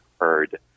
heard